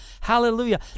hallelujah